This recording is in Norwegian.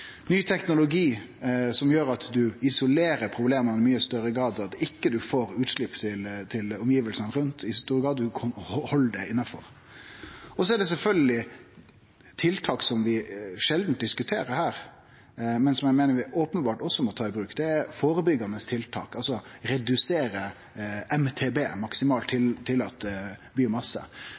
ny teknologi som gjer at ein isolerer problema i mykje større grad, at ein ikkje får utslepp til omgivnadene rundt i stor grad, men held seg innanfor. Så er det sjølvsagt tiltak vi sjeldan diskuterer her, men som eg meiner vi openbert også må ta i bruk. Det er førebyggjande tiltak, altså å redusere MTB – maksimalt